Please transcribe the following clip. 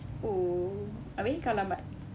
oh abeh kau lambat